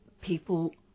people